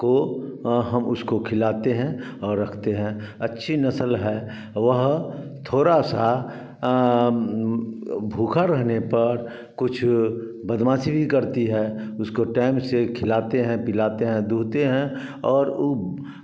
को हम उसको खिलाते हैं और रखते हैं अच्छी नसल है वह थोड़ा सा भूखा रहने पर कुछ बदमाशी भी करती है उसको टैम से खिलाते हैं पिलाते हैं दूहते हैं और ऊ